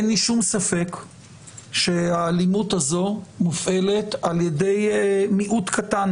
אין לי שום ספק שהאלימות הזו מופעלת על ידי מיעוט קטן